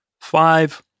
Five